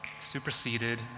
superseded